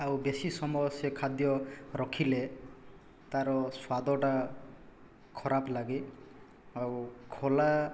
ଆଉ ବେଶୀ ସମୟ ସେ ଖାଦ୍ୟ ରଖିଲେ ତା'ର ସ୍ୱାଦଟା ଖରାପ ଲାଗେ ଆଉ ଖୋଲା